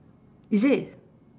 is it